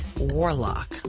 warlock